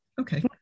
Okay